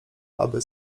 aby